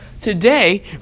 today